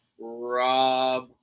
Rob